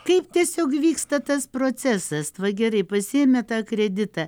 kaip tiesiog vyksta tas procesas tva gerai pasiėmė tą kreditą